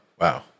wow